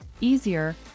easier